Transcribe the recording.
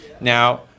Now